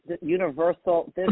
Universal